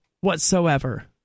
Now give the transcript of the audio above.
whatsoever